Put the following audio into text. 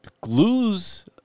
glues